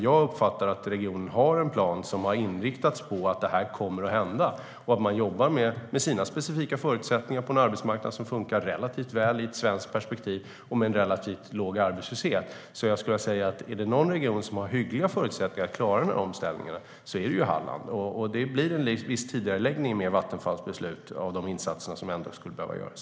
Jag uppfattar att regionen har en plan som är inriktad på att det här kommer att hända och att de jobbar med sina specifika förutsättningar på en arbetsmarknad som fungerar relativt väl i svenskt perspektiv och där arbetslösheten är relativt låg. Jag skulle vilja säga att om det är någon region som har hyggliga förutsättningar att klara omställningen så är det Halland. I och med Vattenfalls beslut blir det en viss tidigareläggning av de insatser som ändå skulle behöva göras.